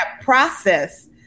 process